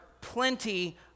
plenty